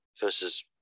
versus